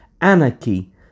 anarchy